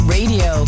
Radio